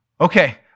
Okay